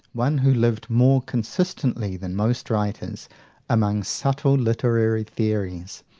one who lived more consistently than most writers among subtle literary theories,